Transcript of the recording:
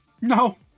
No